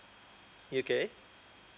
okay